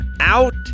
out